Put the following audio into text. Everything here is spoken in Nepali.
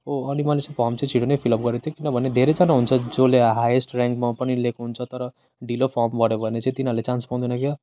हो अनि मैले चाहिँ फर्म चाहिँ छिटो नै फिलअप गरेको थिएँ किनभने धेरैजना हुन्छ जसले हाइएस्ट र्याङ्कमा पनि लिएको हुन्छ तर ढिलो फर्म भर्यो भने चाहिँ तिनीहरूले चान्स पाउँदैन क्या हो